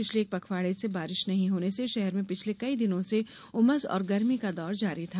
पिछले एक पखवाड़े से बारिश नहीं होने से शहर में पिछले कई दिन से उमस और गर्मी का दौर जारी था